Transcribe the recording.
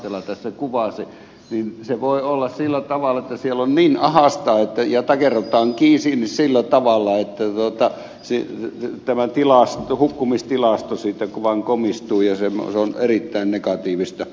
lahtela tässä kuvasi niin se voi olla sillä tavalla että siellä on niin ahdasta ja takerrutaan kiinni sillä tavalla että hukkumistilasto siitä vaan komistuu ja se on erittäin negatiivista komistumista